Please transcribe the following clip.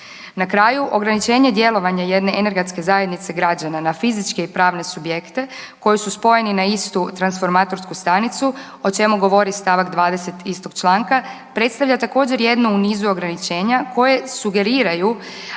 Na kraju, ograničenje djelovanja jedne energetske zajednice građana na fizičke i pravne subjekte koji su spojeni na istu transformatorsku stanicu, o čemu govori st. 20 istog članka, predstavlja također, jednu u nizu ograničenja koje sugeriraju